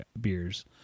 beers